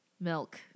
Milk